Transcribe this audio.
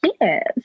yes